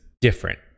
different